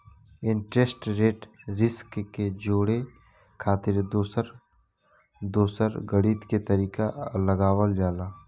interest rate risk के जोड़े खातिर दोसर दोसर गणित के तरीका लगावल जाला